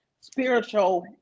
spiritual